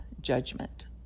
judgment